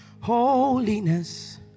Holiness